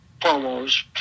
promos